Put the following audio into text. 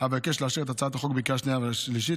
אבקש לאשר את הצעת החוק בקריאה השנייה והשלישית.